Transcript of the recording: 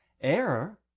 error